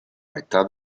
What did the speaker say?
metà